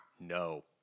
no